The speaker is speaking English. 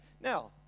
now